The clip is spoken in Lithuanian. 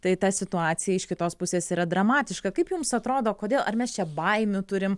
tai ta situacija iš kitos pusės yra dramatiška kaip jums atrodo kodėl ar mes čia baimių turim